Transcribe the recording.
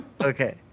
Okay